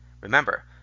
Remember